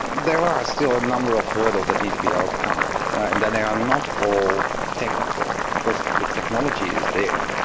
there are still a number of hurdles that need to be overcome and they are not all technical, because the technology is there.